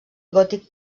gòtic